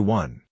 one